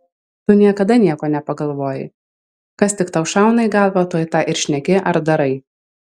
tu niekada nieko nepagalvoji kas tik tau šauna į galvą tuoj tą ir šneki ar darai